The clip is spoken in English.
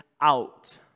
out